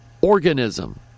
organism